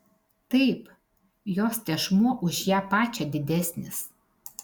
taip jos tešmuo už ją pačią didesnis